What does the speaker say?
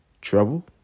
trouble